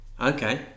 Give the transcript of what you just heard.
Okay